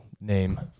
name